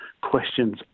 questions